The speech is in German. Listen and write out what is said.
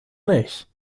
nicht